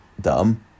dumb